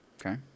okay